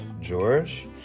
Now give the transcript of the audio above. george